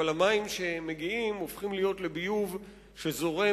אבל המים שמגיעים הופכים לביוב שזורם